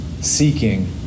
seeking